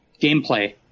gameplay